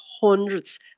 hundreds